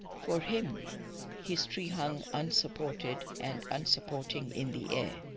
for him history hung unsupported and unsupporting in the air.